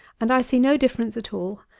and i see no difference at all.